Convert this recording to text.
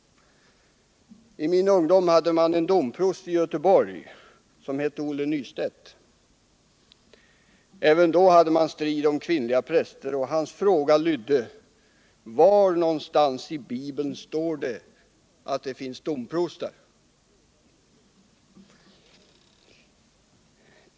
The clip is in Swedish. I min ungdom hade man en domprost i Göteborg som hette Olle Nystedt. Även då hade man strid om kvinnliga präster, och hans fråga lydde: Var någonstans i Bibeln står det att det skall finnas domprostar?